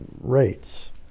rates